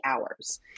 hours